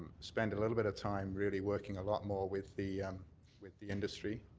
spend a little bit of time really working a lot more with the um with the industry,